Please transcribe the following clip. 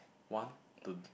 want to